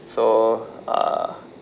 so uh